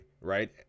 right